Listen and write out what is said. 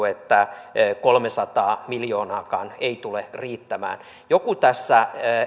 että kolmeensataan miljoonaakaan ei tule riittämään joku näissä isoissa hankkeissa